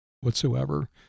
whatsoever